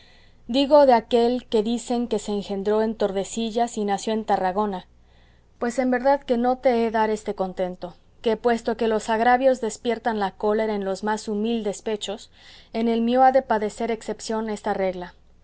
digo de aquel que dicen que se engendró en tordesillas y nació en tarragona pues en verdad que no te he dar este contento que puesto que los agravios despiertan la cólera en los más humildes pechos en el mío ha de padecer excepción esta regla